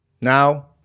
Now